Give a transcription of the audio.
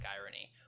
irony